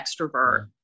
extrovert